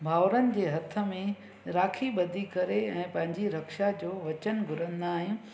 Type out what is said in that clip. भावरनि जे हथ में राखी बधी करे ऐं पंहिंजी रक्षा जो वचन घुरंदा आहियूं